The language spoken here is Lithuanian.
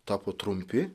tapo trumpi